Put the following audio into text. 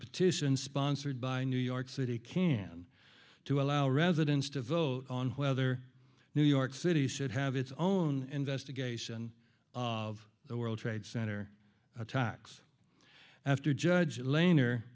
petition sponsored by new york city can to allow residents to vote on whether new york city should have its own investigation of the world trade center attacks after judge lane or